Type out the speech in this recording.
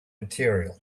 material